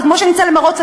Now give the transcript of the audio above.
זה כמו שנצא למירוץ,